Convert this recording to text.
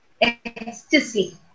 ecstasy